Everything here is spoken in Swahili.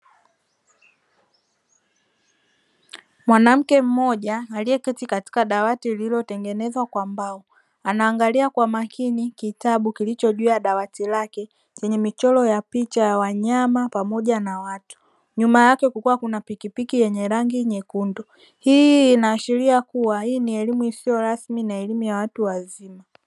Mwanamke mmoja aliyeketi katika dawati lililotengenezwa kwa mbao, anaangalia kwa makini kitabu kilicho juu ya dawati lake chenye michoro ya picha ya wanyama pamoja na watu. Nyuma yake kukiwa kuna pikipiki yenye rangi nyekundu; hii inaashiria kuwa hii ni elimu isiyo rasmi na elimu ya watu wazima.